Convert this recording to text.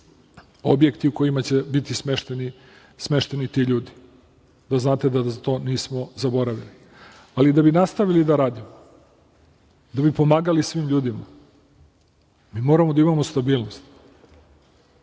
objekti u kojima će biti smešteni ti ljudi. Da znate da na to nismo zaboravili. Ali, da bi nastavili da radimo, da bi pomagali svim ljudima, mi moramo da imao stabilnost,